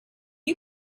you